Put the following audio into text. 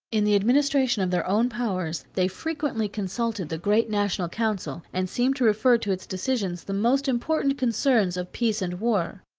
in the administration of their own powers, they frequently consulted the great national council, and seemed to refer to its decision the most important concerns of peace and war.